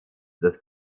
das